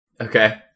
Okay